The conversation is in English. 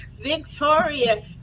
victoria